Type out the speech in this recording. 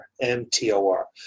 M-T-O-R